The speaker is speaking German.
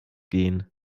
gehen